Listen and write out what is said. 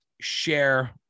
share